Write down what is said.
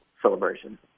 Celebration